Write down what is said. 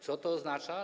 Co to oznacza?